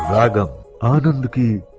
ah ah got out of